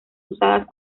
usadas